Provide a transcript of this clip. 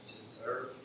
deserve